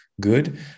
good